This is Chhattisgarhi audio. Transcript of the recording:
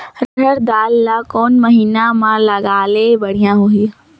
रहर दाल ला कोन महीना म लगाले बढ़िया होही?